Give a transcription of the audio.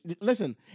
Listen